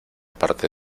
parte